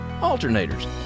alternators